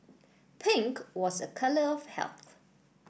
pink was a colour of health